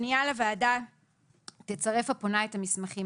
"(א)לפנייה לוועדה תצרף הפונה את המסמכים